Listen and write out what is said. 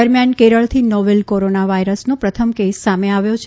દરમ્યાન કેરળથી novel corona વાયરસનો પ્રથમ કેસ સામે આવ્યો છે